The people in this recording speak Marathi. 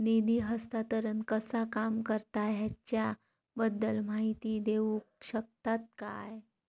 निधी हस्तांतरण कसा काम करता ह्याच्या बद्दल माहिती दिउक शकतात काय?